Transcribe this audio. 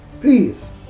Please